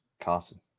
Carson